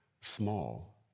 Small